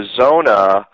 Arizona